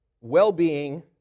well-being